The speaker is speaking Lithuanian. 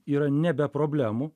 yra ne be problemų